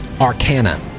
arcana